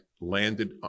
landed